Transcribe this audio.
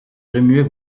remuait